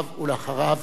בשם הממשלה,